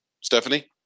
Stephanie